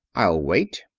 i'll wait,